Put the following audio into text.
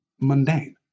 mundane